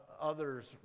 others